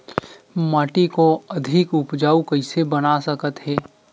माटी को अधिक उपजाऊ कइसे बना सकत हे?